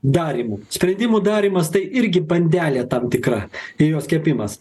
darymu sprendimų darymas tai irgi bandelė tam tikra jos kepimas